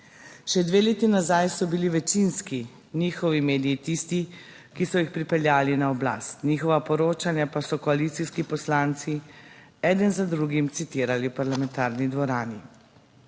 Še dve leti nazaj so bili večinski njihovi mediji tisti, ki so jih pripeljali na oblast, njihova poročanja pa so koalicijski poslanci eden za drugim citirali v parlamentarni dvorani.